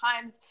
times